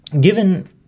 Given